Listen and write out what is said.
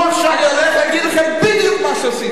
אני הולך להגיד לכם בדיוק מה שעשיתם.